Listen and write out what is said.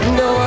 no